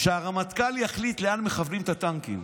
שהרמטכ"ל יחליט לאן מכוונים את הטנקים.